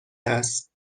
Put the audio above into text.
است